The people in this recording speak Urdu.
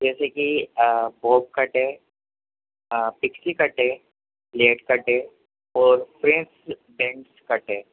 جیسے کہ بوب کٹ ہے پکسی کٹ ہے لیٹ کٹ ہے اور فرینچ فرینچ کٹ ہے